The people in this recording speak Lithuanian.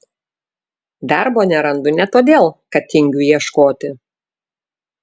darbo nerandu ne todėl kad tingiu ieškoti